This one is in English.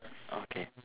okay